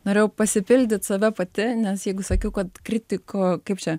norėjau pasipildyti save pati nes jeigu sakiau kad kritiko kaip čia